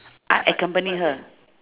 I accompany her